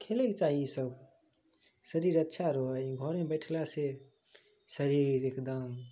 खेलैके चाही ईसब शरीर अच्छा रहै हइ घरमे बैठलासे शरीर एकदम